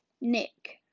Nick